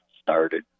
started